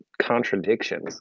contradictions